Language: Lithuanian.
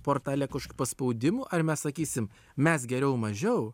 portale kažkokių paspaudimų ar mes sakysim mes geriau mažiau